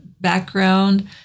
background